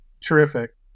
terrific